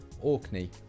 Orkney